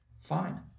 fine